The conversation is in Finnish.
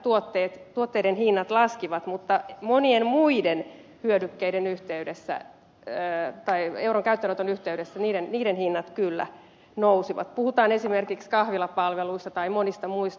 eräiden tuotteiden hinnat jopa laskivat mutta monien muiden hyödykkeiden hinnat euron käyttöönoton yhteydessä kyllä nousivat puhutaan esimerkiksi kahvilapalveluista tai monista muista